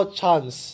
chance